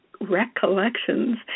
recollections